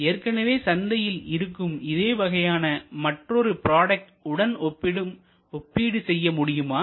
ஏற்கனவே சந்தையில் இருக்கும் இதே வகையான மற்றொரு ப்ராடக்ட் உடன் ஒப்பீடு செய்ய முடியுமா